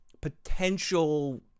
potential